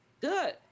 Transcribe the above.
Good